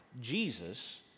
Jesus